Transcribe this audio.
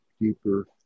deeper